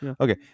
Okay